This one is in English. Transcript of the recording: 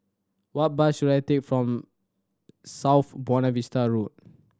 what bus should I take from South Buona Vista Road